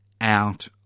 out